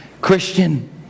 Christian